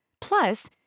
Plus